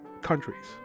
countries